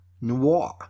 Noir